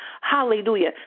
hallelujah